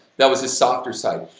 that was a softer side,